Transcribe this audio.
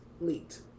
leaked